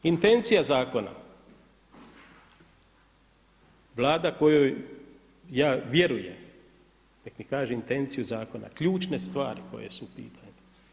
Intencija zakona Vlada kojoj ja vjerujem, kad kaže intenciju zakona ključne stvari koje su u pitanju.